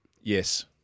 Yes